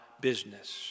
business